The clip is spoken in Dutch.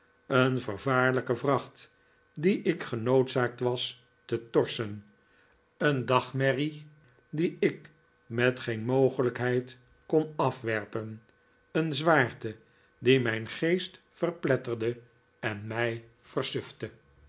een vervaarlijke vracht die ik genoodzaakt was te torsen een dagmerrie die ik met geen mogelijkheid kon afwerpen een zwaarte die mijn geest verpletterde en mij